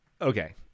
okay